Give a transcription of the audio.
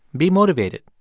be motivated.